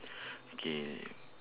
K